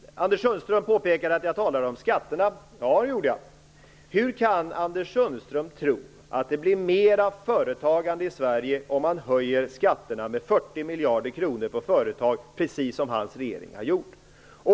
Anders Sundström påpekade att jag talade om skatterna. Ja, det gjorde jag. Hur kan Anders Sundström tro att det blir mer av företagande i Sverige om man höjer skatterna med 40 miljarder kronor på företag, precis som regeringen har gjort?